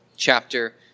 chapter